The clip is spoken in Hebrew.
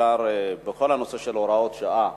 בעיקר בכל הנושא של הוראות שעה,